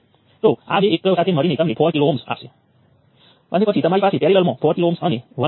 હવે આપણે શું કરીશું કે આપણે સર્કિટમાં વિવિધ ફેરફારો કરીશું અને જોઈશું કે આ નોડલ એનાલિસિસ ઈક્વેશનો સેટઅપ કેવી અસર કરે છે